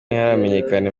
ntiharamenyekana